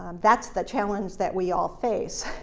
um that's the challenge that we all face.